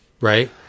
right